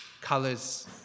Colors